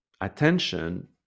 attention